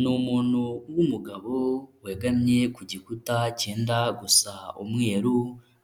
Ni umuntu w'umugabo wegamye ku gikuta kenda gusa umweru,